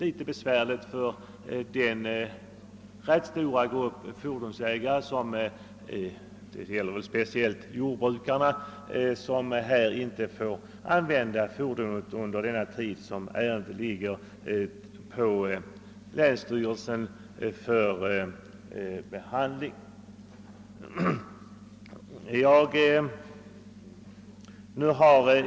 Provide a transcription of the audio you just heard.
Stora besvärligheter har nu uppstått för den rätt stora grupp av fordonsägare — främst jordbrukarna — som det här gäller och som inte kan använda sina fordon under den tid ärendena ligger hos länsstyrelsen.